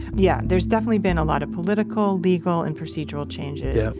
yeah there's definitely been a lot of political, legal, and procedural changes,